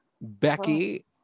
Becky